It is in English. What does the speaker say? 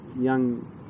young